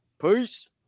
Peace